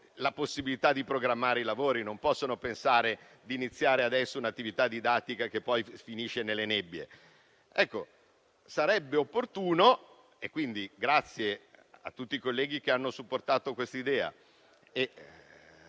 la possibilità di programmare i lavori e non possono pensare di iniziare adesso un'attività didattica che poi finisce nelle nebbie. Ringrazio tutti i colleghi che hanno supportato questa idea